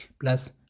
plus